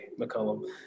McCollum